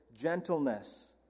gentleness